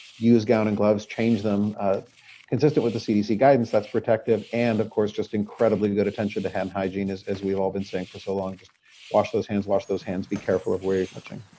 use gown and gloves, change them consistent with the cdc guidance that's protective. and of course, just incredibly good attention to hand hygiene is, as we've all been saying for so long. just wash those hands, wash those hands, be careful of where you're touching.